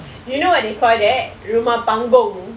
you know what they call that rumah panggung